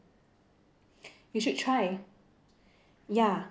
you should try ya